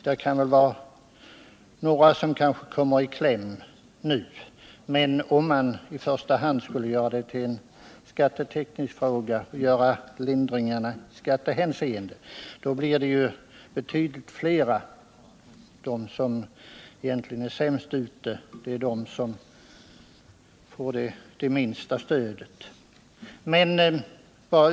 Det kan vara sant att några nu kommer i kläm, men om man gör detta till i första hand en skatteteknisk fråga och inför lindringar i skattehänseende blir det de som är sämst ställda som får det minsta stödet.